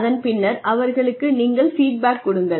அதன் பின்னர் அவர்களுக்கு நீங்கள் ஃபீட் பேக் கொடுங்கள்